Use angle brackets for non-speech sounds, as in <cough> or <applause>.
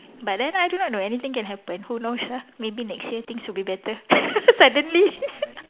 but then I do not know anything can happen who knows ah maybe next year things will be better <laughs> suddenly <laughs>